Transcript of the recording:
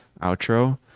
outro